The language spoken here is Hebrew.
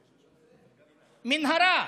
מנהרה,